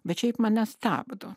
bet šiaip mane stabdo